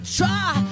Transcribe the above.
try